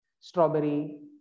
Strawberry